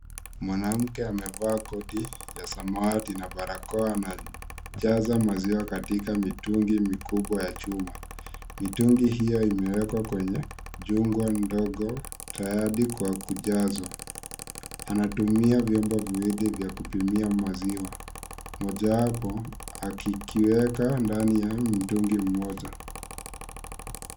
Mwanamke amevaa koti ya samawati na barakoa na anajaza maziwa katika mitungi mikubwa ya chuma . Mitungi hiyo imewekwa kwenye jumba ndogo tayari kujazwa anatumia vyombo viwili vya kupimia maziwa mojawapo akiweka ndani ya mtungi mmoja.